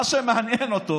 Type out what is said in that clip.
מה שמעניין אותו